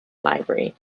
library